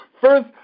First